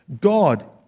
God